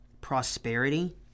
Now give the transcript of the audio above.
prosperity